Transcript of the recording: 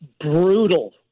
brutal